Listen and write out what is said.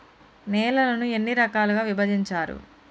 నేలలను ఎన్ని రకాలుగా విభజించారు?